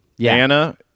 Anna